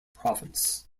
province